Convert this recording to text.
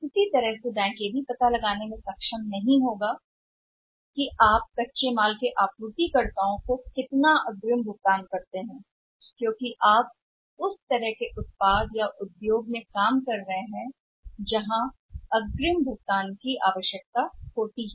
उसी प्रकार बैंक यह पता नहीं लगा पाएगा कि आप पहले से कितना भुगतान कर रहे हैं कच्चे माल के आपूर्तिकर्ता क्योंकि आप इस तरह के उत्पाद के ऐसे प्रकार से निपटते हैं उद्योग जहां भुगतान अग्रिम भुगतान की आवश्यकता होती है